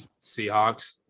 Seahawks